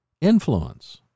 influence